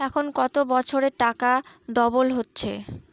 এখন কত বছরে টাকা ডবল হচ্ছে?